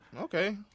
Okay